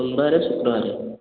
ସୋମବାର ଶୁକ୍ରବାର